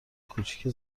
کوچیکه